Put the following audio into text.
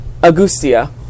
Augustia